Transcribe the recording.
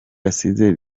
asize